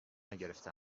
نگرفته